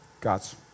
God's